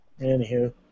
Anywho